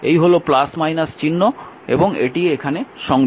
এই হল চিহ্ন এবং এটি এখানে সংযুক্ত